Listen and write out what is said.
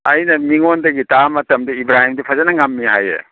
ꯑꯩꯅ ꯃꯤꯉꯣꯟꯗꯒꯤ ꯇꯥꯕ ꯃꯇꯝꯗ ꯏꯕ꯭ꯔꯥꯍꯤꯝꯗꯤ ꯐꯖꯅ ꯉꯝꯃꯤ ꯍꯥꯏꯌꯦ